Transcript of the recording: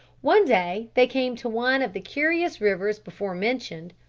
one day they came to one of the curious rivers before mentioned,